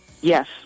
Yes